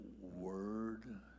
word